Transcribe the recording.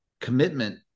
commitment